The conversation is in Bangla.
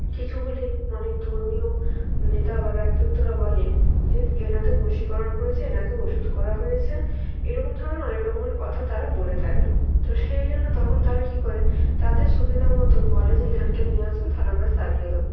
কিছু হলেই অনেক ধর্মীয় নেতা বা ব্যক্তিত্বরা বলে যে এনাকে বশীকরণ করেছে এনাকে ওষুধ করা হয়েছে এরকম ধরনের অনেক রকমের কথা তারা বলে থাকে তো সেই জন্য তখন তারা কী করে তাদের সুবিধা মতো বলে যে এইখানে নিয়ে আসবে তাহলে আমরা সারিয়ে দেব